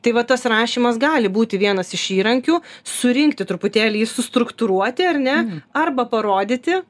tai va tas rašymas gali būti vienas iš įrankių surinkti truputėlį jį sustruktūruoti ar ne arba parodyti